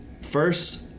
first